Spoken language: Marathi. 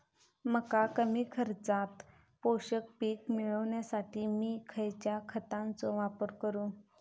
मका कमी खर्चात पोषक पीक मिळण्यासाठी मी खैयच्या खतांचो वापर करू?